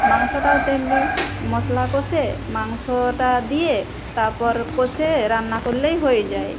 মাংসটাও তেমনি মশলা কষে মাংসটা দিয়ে তারপর কষে রান্না করলেই হয়ে যায়